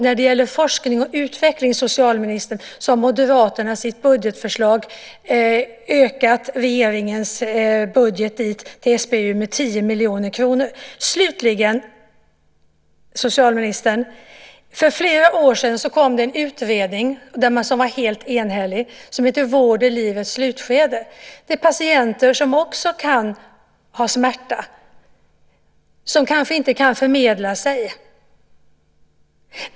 När det gäller forskning och utveckling, socialministern, har Moderaterna i sitt budgetförslag ökat regeringens budget till SBU med 10 miljoner kronor. Slutligen, socialministern! För flera år sedan kom det en utredning, som var helt enhällig, som hette Vård i livets slutskede . Det handlar om patienter som också kan ha smärta, som kanske inte kan förmedla sig.